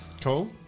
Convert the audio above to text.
Cool